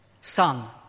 Son